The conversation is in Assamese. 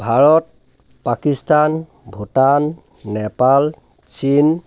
ভাৰত পাকিস্তান ভূটান নেপাল চীন